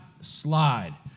slide